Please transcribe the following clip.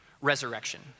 resurrection